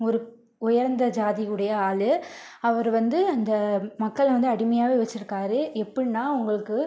ஒரு உயர்ந்த ஜாதி உடைய ஆள் அவர் வந்து அந்த மக்களை வந்து அடிமையாகவே வச்சுருக்காரு எப்படின்னா அவங்களுக்கு